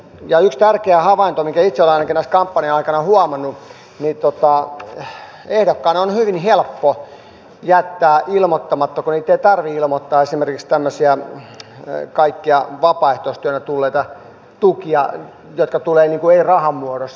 ja yksi tärkeä havainto minkä ainakin itse olen näiden kampanjoiden aikana huomannut on se että ehdokkaan on hyvin helppo jättää ilmoittamatta kun niitä ei tarvitse ilmoittaa esimerkiksi tämmöisiä kaikkia vapaaehtoistyönä tulleita tukia jotka eivät tule rahan muodossa